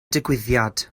digwyddiad